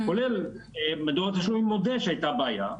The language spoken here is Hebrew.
כולל מדור התשלומים, שמודה שהיתה בעיה.